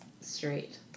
straight